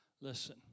Listen